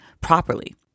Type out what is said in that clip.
properly